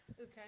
Okay